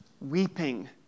weeping